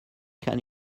can